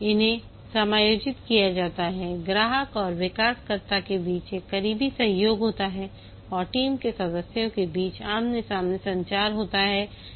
इन्हें समायोजित किया जाता है ग्राहक और विकासकर्ता के बीच एक करीबी सहयोग होता है और टीम के सदस्यों के बीच आमने सामने संचार होता है